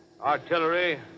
Artillery